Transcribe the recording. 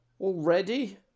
Already